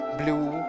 blue